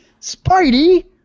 Spidey